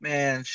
Man